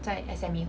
在 S_M_U